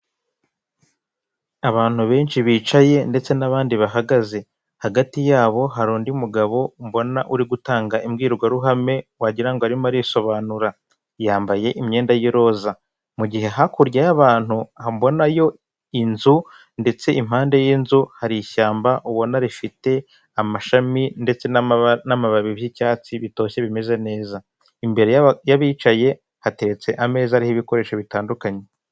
Abantu benshi bicaye ndetse n'abandi bahagaze, hagati yabo hari undi mugabo mbona uri gutanga imbwirwaruhame wagirango arimo arisobanura, yambaye imyenda y'iroza, mu gihe hakurya y'abantu mbonayo inzu ndetse impande y'inzu hari ishyamba ubona rifite amashami ndetse n'amababi by'icyatsi bitoshye bimeze neza, imbere y'abicaye hatetse ameza ariho ibikoresho bitandukanye.